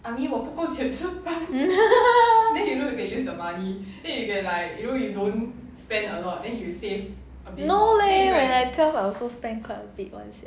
no leh like twelve I also spend quite a bit [one] sia